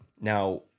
Now